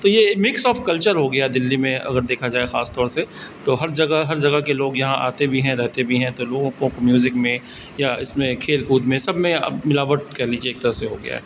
تو یہ mix of culture ہو گیا دہلی میں اگر دیکھا جائے خاص طور سے تو ہر جگہ ہر جگہ کے لوگ یہاں آتے بھی ہیں رہتے بھی ہیں تو لوگوں کو میوزک میں یا اس میں کھیل کود میں سب میں اب ملاوٹ کر لیجیے ایک طرح سے ہو گیا ہے